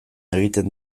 egiten